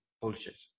bullshit